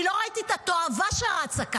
אני לא ראיתי את התועבה שרצה כאן.